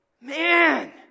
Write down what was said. man